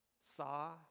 saw